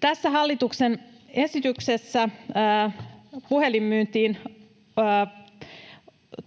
Tässä hallituksen esityksessä puhelinmyyntiin